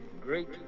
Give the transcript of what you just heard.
great